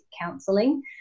Counselling